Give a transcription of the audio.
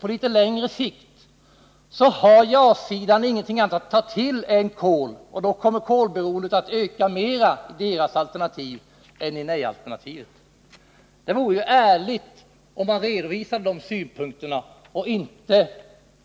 på litet längre sikt, efter sekelskiftet, har ja-sidan ingenting annat att ta till än kol, och då kommer kolberoendet att öka mera i deras alternativ än i nej-alternativet. Det vore ärligt, om man redovisade de synpunkterna och inte